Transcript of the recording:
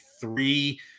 three